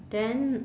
then